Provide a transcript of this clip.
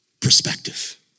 perspective